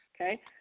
okay